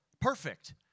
perfect